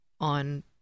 on